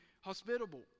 hospitable